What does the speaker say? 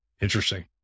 Interesting